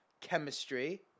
chemistry